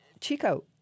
Chico